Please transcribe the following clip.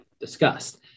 discussed